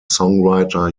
songwriter